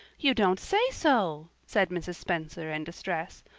you don't say so! said mrs. spencer in distress.